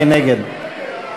מי נגד?